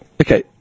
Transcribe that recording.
Okay